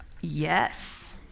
Yes